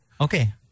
Okay